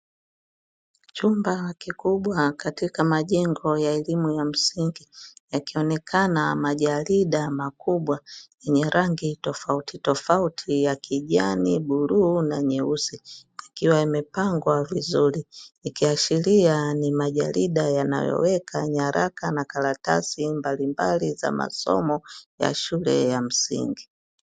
Chumba kikubwa katika majengo ya elimu ya msingi yakionekana majarida makubwa yenye rangi tofauti tofauti ya kijani, bluu na nyeusi yakiwa yamepangwa vizuri yakiashiria ni majarida yanayoweka nyaraka na karatasi mbalimbali za masomo na shule ya msingi.